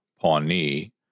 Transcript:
Pawnee